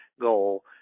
goal